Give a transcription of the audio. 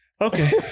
Okay